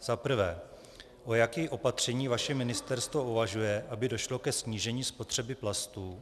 Za prvé: O jakém opatření vaše ministerstvo uvažuje, aby došlo ke snížení spotřeby plastů?